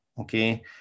okay